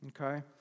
Okay